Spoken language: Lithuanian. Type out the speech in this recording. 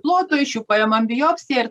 plotų iš jų paimam biopsiją ir